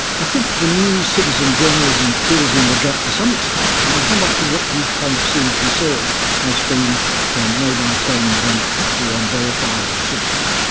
i think the new citizen journalism fills in the gap to some extent. i mean how much of what we've kind of seen from syria has been from mobile phones and actually unverifiable sources?